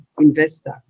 investor